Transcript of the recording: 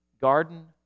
garden